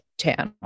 channel